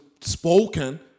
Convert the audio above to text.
spoken